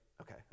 Okay